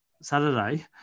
Saturday